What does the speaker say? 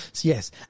Yes